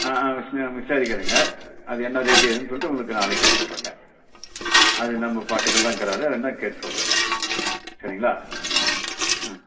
ஆ ஆ விஸ் ஆ விசாரிங்கிறங்க அது என்ன ரேட்டு ஏதுன்னு சொல்லிட்டு உங்களுக்கு நாளைக்கூட சொல்லுறேங்க அது நம்ம பக்கத்துல தான் இக்கறாரு வேணும்னா கேட்டு சொல்லுறேங்க சரிங்களா ஆ